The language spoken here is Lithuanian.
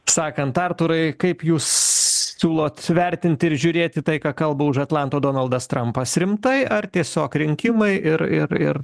sakant artūrai kaip jūs siūlot vertinti ir žiūrėti į tai ką kalba už atlanto donaldas trampas rimtai ar tiesiog rinkimai ir ir ir